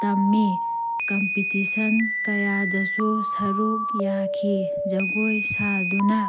ꯇꯝꯃꯤ ꯀꯝꯄꯤꯇꯤꯁꯟ ꯀꯌꯥꯗꯁꯨ ꯁꯔꯨꯛ ꯌꯥꯈꯤ ꯖꯒꯣꯏ ꯁꯥꯗꯨꯅ